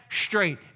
straight